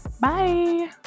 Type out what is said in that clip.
Bye